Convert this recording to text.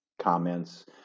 comments